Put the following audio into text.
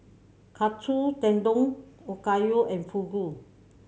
Katsu Tendon Okayu and Fugu